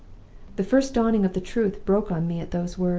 the first dawning of the truth broke on me at those words.